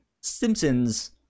simpsons